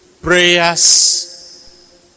prayers